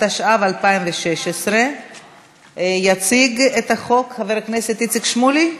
התשע"ו 2016. יציג את החוק חבר הכנסת איציק שמולי?